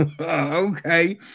okay